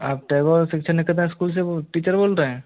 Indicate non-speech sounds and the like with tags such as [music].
आप [unintelligible] शिक्षा निकेता स्कूल से टीचर बोल रहे है